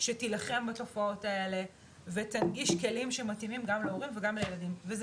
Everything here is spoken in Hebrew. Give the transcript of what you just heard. שתילחם בתופעות האלו ותנגיש כלים שמתאימים גם להורים וגם לילדים וזה